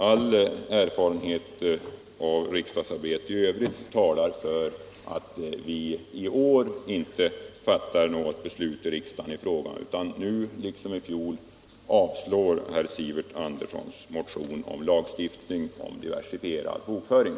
All erfarenhet från riksdagsarbetet i övrigt talar för att vi i år inte fattar något beslut i riksdagen utan nu liksom i fjol avslår herr Sivert Anderssons motion om lagstiftning beträffande diversifierad bokföring.